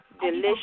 Delicious